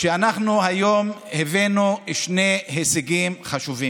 שאנחנו היום הבאנו שני הישגים חשובים.